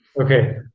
Okay